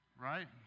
right